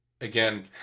again